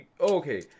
Okay